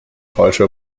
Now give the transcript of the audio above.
falsche